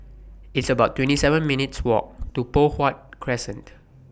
It's about twenty seven minutes' Walk to Poh Huat Crescent